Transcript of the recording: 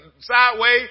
sideways